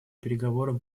переговорам